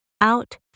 out